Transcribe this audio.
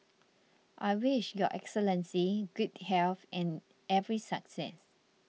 I wish Your Excellency good health and every success